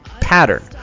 pattern